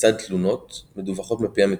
לצד תלונות מדווחות מפי המטופלת.